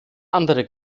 andere